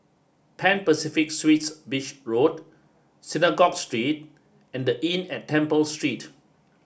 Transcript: Pan Pacific Suites Beach Road Synagogue Street and the Inn at Temple Street